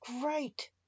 great